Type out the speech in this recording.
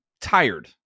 tired